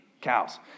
cows